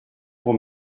pour